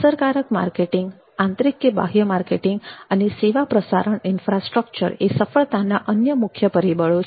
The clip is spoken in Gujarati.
અસરકારક માર્કેટિંગઆંતરિક કે બાહ્ય માર્કેટિંગ અને સેવા પ્રસારણ ઇન્ફ્રાસ્ટ્રકચર એ સેવા સફળતાના અન્ય મુખ્ય પરિબળો છે